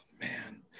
Man